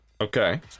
Okay